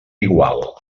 igual